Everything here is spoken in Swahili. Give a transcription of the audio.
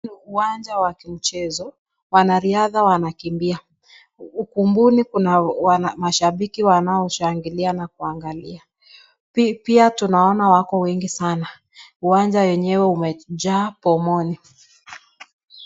Uwanja wa kimchezo, wanariadha wanakimbia, ukumbuni kuna mashabiki wanaoshangilia na kuangalia pia tunaona wako wengi sana, uwanja enyewe imejaa pomoni.